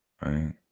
Right